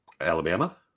Alabama